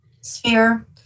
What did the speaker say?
sphere